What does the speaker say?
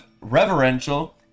reverential